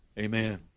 Amen